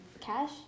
Cash